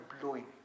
blowing